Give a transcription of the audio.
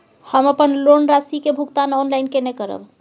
हम अपन लोन राशि के भुगतान ऑनलाइन केने करब?